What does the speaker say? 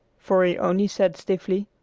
for he only said stiffly,